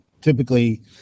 Typically